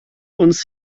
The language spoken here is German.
uns